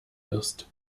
wirst